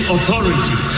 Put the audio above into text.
Authority